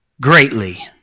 greatly